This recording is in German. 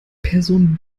person